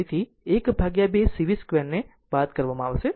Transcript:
તેથી12 c v 2 ને બાદ કરવામાં આવશે